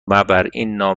نامه